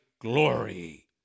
glory